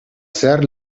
zehar